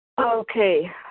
Okay